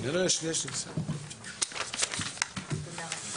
זה דבר אחד